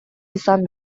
izan